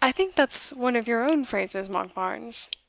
i think that's one of your own phrases, monkbarns?